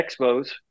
Expos